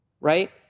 right